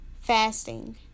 Fasting